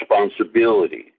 responsibility